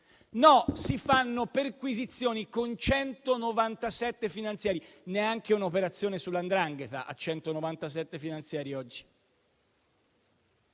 No, si fanno perquisizioni con 197 finanziari (oggi neanche un'operazione sulla 'ndrangheta ha 197 finanziari),